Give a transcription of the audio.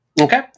Okay